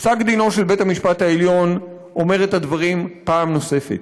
פסק דינו של בית-המשפט העליון אומר את הדברים פעם נוספת.